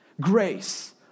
Grace